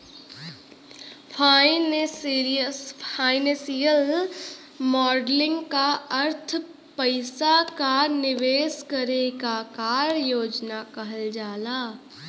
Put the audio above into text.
financial modelling क अर्थ पइसा क निवेश करे क कार्य योजना कहल जाला